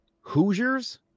Hoosiers